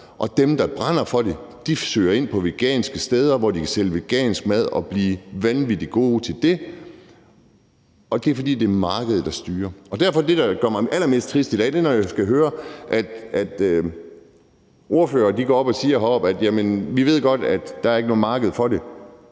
og dem, der brænder for det, søger ind på veganske steder, hvor de kan sælge vegansk mad og blive vanvittig gode til det, og det er, fordi det er markedet, der styrer det. Derfor er det, der gør mig allermest trist i dag, at jeg skal høre ordførere gå op at sige heroppefra, at de godt ved, at der ikke er noget marked for det,